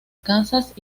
kansas